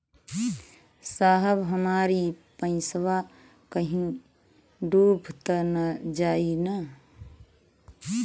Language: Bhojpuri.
साहब हमार इ पइसवा कहि डूब त ना जाई न?